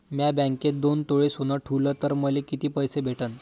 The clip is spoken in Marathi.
म्या बँकेत दोन तोळे सोनं ठुलं तर मले किती पैसे भेटन